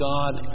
God